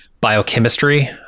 biochemistry